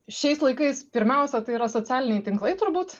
šiais laikais pirmiausia tai yra socialiniai tinklai turbūt